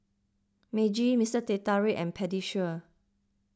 Meiji Mister Teh Tarik and Pediasure